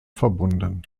verbunden